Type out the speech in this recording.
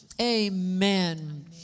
Amen